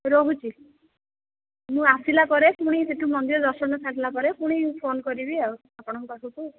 ରହୁଛି ମୁଁ ଆସିଲା ପରେ ପୁଣି ସେଇଠୁ ମନ୍ଦିର ଦର୍ଶନ ସାରିଲା ପରେ ପୁଣି ଫୋନ୍ କରିବି ଆଉ ଆପଣଙ୍କ ପାଖକୁ